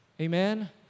Amen